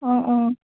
অঁ অঁ